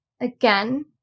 Again